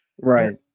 right